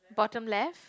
bottom left